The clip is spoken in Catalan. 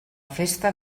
festa